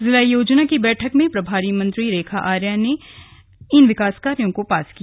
जिला योजना की बैठक में प्रभारी मंत्री रेखा आर्या ने आज इन विकास कार्यों को पास किया